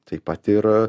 taip pat ir